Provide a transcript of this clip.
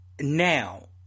Now